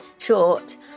short